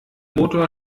motor